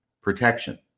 protection